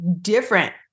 different